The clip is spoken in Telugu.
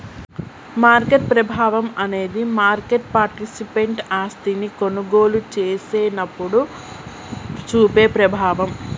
మార్కెట్ ప్రభావం అనేది మార్కెట్ పార్టిసిపెంట్ ఆస్తిని కొనుగోలు చేసినప్పుడు చూపే ప్రభావం